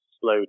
slow